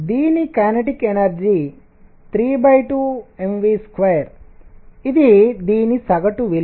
దీని kinetic energy 32mv2ఇది దీని సగటు విలువ